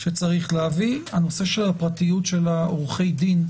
שצריך להביא יינתן מענה לנושא הפרטיות של עורכי הדין.